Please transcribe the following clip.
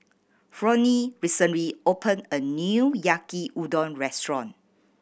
Flonnie recently opened a new Yaki Udon Restaurant